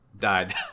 Died